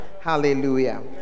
Hallelujah